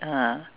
uh